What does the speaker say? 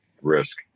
risk